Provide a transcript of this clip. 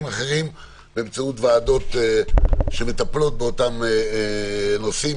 אחרים באמצעות ועדות שמטפלות באותם נושאים,